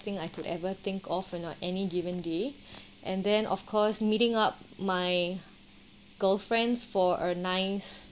thing I could ever think of you know any given day and then of course meeting up my girlfriends for a nice